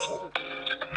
נפתור את זה.